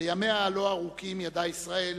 בימיה הלא-ארוכים ידעה ישראל